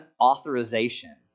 authorization